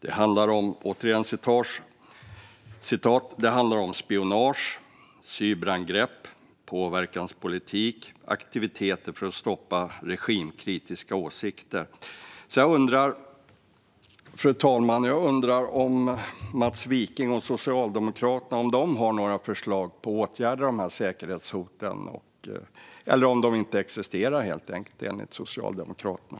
Det handlar om spionage, cyberangrepp, påverkanspolitik och aktiviteter för att stoppa regimkritiska åsikter." Fru talman! Jag undrar om Mats Wiking och Socialdemokraterna har några förslag på åtgärder gällande dessa säkerhetshot. Eller existerar de helt enkelt inte, enligt Socialdemokraterna?